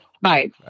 Bye